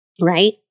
right